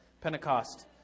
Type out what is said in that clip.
Pentecost